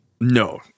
No